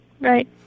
Right